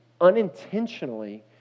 unintentionally